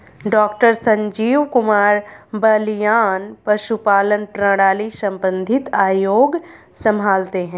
doctor Sanjeev Kumar Balyan पशुपालन प्रणाली संबंधित आयोग संभालते हैं